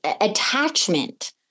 attachment